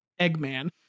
Eggman